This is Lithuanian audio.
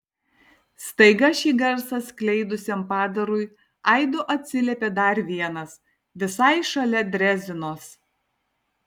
staiga šį garsą skleidusiam padarui aidu atsiliepė dar vienas visai šalia drezinos